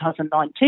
2019